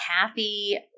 Kathy